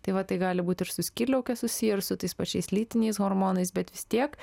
tai va tai gali būti ir su skydliauke susiję ir su tais pačiais lytiniais hormonais bet vis tiek